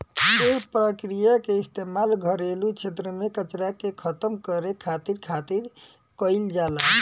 एह प्रक्रिया के इस्तेमाल घरेलू क्षेत्र में कचरा के खतम करे खातिर खातिर कईल जाला